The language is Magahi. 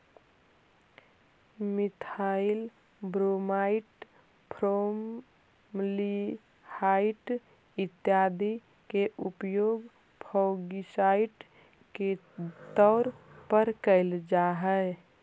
मिथाइल ब्रोमाइड, फॉर्मलडिहाइड इत्यादि के उपयोग फंगिसाइड के तौर पर कैल जा हई